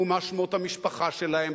ומה שמות המשפחה שלהם,